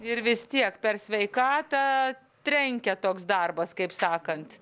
ir vis tiek per sveikatą trenkia toks darbas kaip sakant